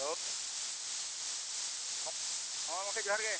hello ᱦᱮᱸ ᱜᱚᱢᱠᱮ ᱡᱚᱦᱟᱨ ᱜᱮ